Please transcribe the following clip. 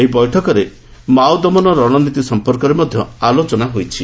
ଏହି ବୈଠକରେ ମାଓଦମନ ରଣନୀତି ସମ୍ପର୍କରେ ମଧ୍ଧ ଆଲୋଚନା ହୋଇଛି